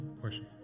questions